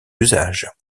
d’usage